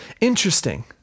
Interesting